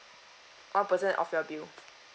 one percent of your bill